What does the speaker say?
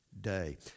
day